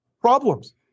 problems